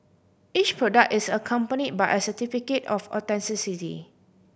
each product is accompany by a certificate of authenticity